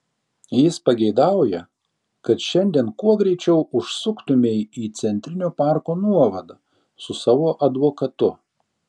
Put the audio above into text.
jis pageidauja kad šiandien kuo greičiau užsuktumei į centrinio parko nuovadą su savo advokatu